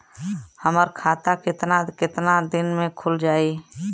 हमर खाता कितना केतना दिन में खुल जाई?